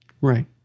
Right